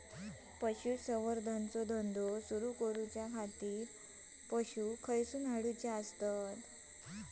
पशुसंवर्धन चा धंदा सुरू करूच्या खाती पशू खईसून हाडूचे?